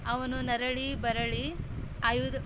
ಅವನು ನರಳಿ ಬರಳಿ ಆಯುರ್